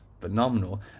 phenomenal